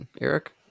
Eric